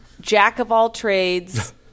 jack-of-all-trades